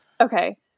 Okay